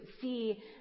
see